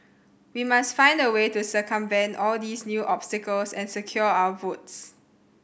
we must find a way to circumvent all these new obstacles and secure our votes